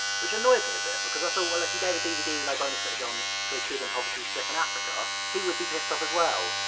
which annoyed me a bit. because i thought, well, if you gave a dvd with no bonus footage on to a kid in poverty-stricken africa, he would be pissed off as well.